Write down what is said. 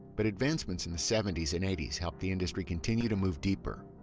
but advancements in the seventy s and eighty s helped the industry continue to move deeper.